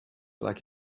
like